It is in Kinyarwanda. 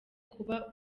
kuba